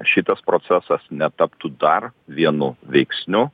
šitas procesas netaptų dar vienu veiksniu